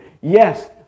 Yes